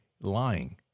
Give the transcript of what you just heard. lying